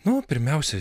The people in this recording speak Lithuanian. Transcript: nu pirmiausia